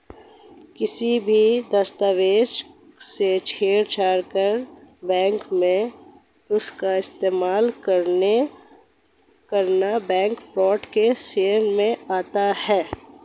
किसी भी दस्तावेज से छेड़छाड़ कर बैंक में उसका इस्तेमाल करना बैंक फ्रॉड की श्रेणी में आता है